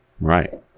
Right